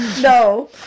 No